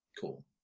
cool